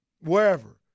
wherever